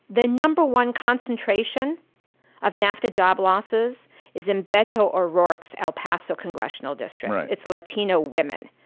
the number one concentration of nafta job losses is in beto o'rourke's el paso congressional district. it's latino women.